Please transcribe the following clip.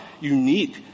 unique